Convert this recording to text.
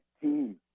team